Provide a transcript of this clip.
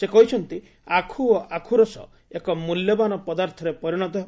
ସେ କହିଛନ୍ତି ଆଖୁ ଓ ଆଖୁରସ ଏକ ମୂଲ୍ୟବାନ ପଦାର୍ଥରେ ପରିଣତ ହେବ